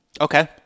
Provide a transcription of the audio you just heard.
Okay